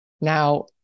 Now